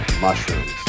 Mushrooms